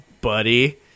Buddy